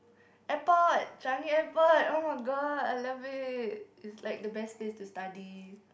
airport Changi-Airport [oh]-my-god I love it it's like the best place to study